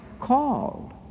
Called